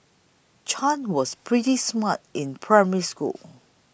Chan was pretty smart in Primary School